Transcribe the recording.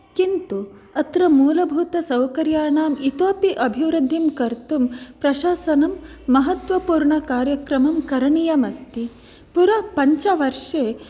किन्तु अत्र मूलभूतसौकर्याणां इतोपि अभिवृद्धिं कर्तुं प्रशासनं महत्वपूर्णकार्यक्रमं करणीयं अस्ति पूरा पञ्चवर्षे